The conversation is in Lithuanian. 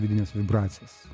vidines vibracijas